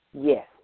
Yes